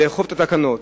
נאכוף את התקנות.